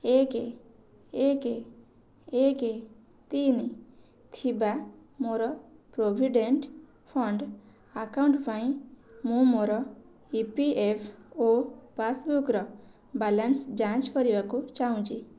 ଏକ ଏକ ଏକ ତିନି ଥିବା ମୋର ପ୍ରୋଭିଡ଼େଣ୍ଟ୍ ଫଣ୍ଡ୍ ଆକାଉଣ୍ଟ୍ ପାଇଁ ମୁଁ ମୋର ଇ ପି ଏଫ୍ ଓ ପାସ୍ବୁକ୍ର ବାଲାନ୍ସ ଯାଞ୍ଚ କରିବାକୁ ଚାହୁଁଛି